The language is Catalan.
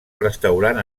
restaurant